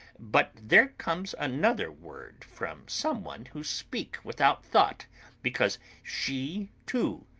but there comes another word from some one who speak without thought because she, too,